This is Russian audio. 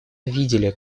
видели